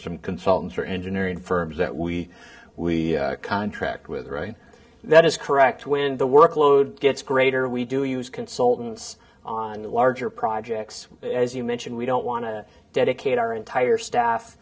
some consultants or engineering firms that we contract with right that is correct when the workload gets greater we do use consultants on larger projects as you mentioned we don't want to dedicate our entire staff